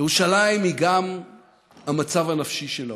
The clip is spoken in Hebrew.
ירושלים היא גם המצב הנפשי של האומה,